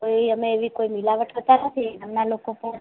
અમે એવી કોઈ મિલાવટ કરતાં નથી એમના લોકો પણ